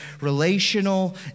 relational